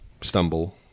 stumble